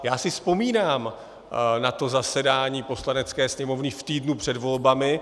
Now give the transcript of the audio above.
Já si vzpomínám na to zasedání Poslanecké sněmovny v týdnu před volbami.